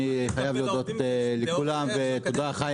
אני רוצה להודות לכולם וגם לחיים.